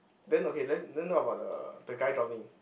then okay then then how about the the guy drowning